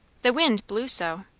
the wind blew so.